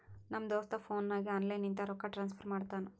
ನಮ್ ದೋಸ್ತ ಫೋನ್ ನಾಗೆ ಆನ್ಲೈನ್ ಲಿಂತ ರೊಕ್ಕಾ ಟ್ರಾನ್ಸಫರ್ ಮಾಡ್ತಾನ